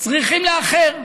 צריכים לאחר.